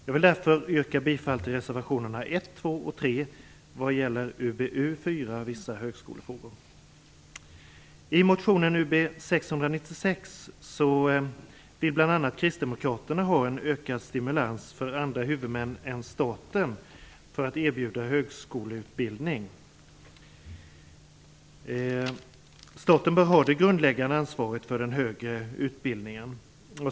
Jag vill yrka bifall till reservationerna 1, 2 och 3 i I motion Ub696 vill bl.a. kristdemokraterna ha ökad stimulans för andra huvudmän än staten att erbjuda högskoleutbildning. Staten bör ha det grundläggande ansvaret för den högre utbildningen.